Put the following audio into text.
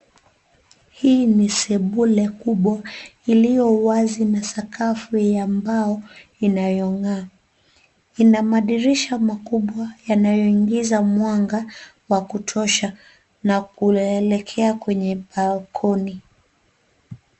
Hii ni sebule kubwa iliyowazi na sakafu ya mbao inayongaa ina madirisha makubwa yanayoingiza mwanga wa kutosha na kuelekea kwenye balcony .